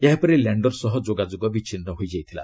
ଏହାପରେ ଲ୍ୟାଣ୍ଡର ସହ ଯୋଗାଯୋଗ ବିଚ୍ଛିନ୍ନ ହୋଇଯାଇଥିଲା